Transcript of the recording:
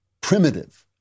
primitive